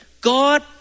God